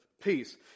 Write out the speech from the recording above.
peace